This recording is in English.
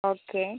okay